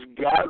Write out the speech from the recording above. God